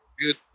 good